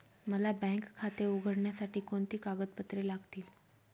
मला बँक खाते उघडण्यासाठी कोणती कागदपत्रे लागतील?